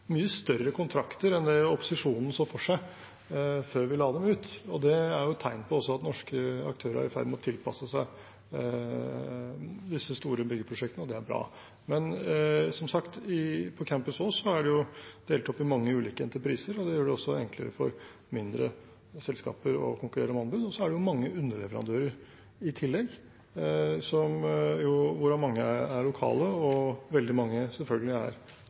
mye større kontrakter enn det opposisjonen så for seg før vi la dem ut, og det er vel også et tegn på at norske aktører er i ferd med å tilpasse seg disse store byggeprosjektene, og det er bra. Men, som sagt, på Campus Ås er det delt opp i mange ulike entrepriser, og det gjør det også enklere for mindre selskaper å konkurrere om anbud. Og så er det jo mange underleverandører i tillegg, hvorav mange er lokale og veldig mange selvfølgelig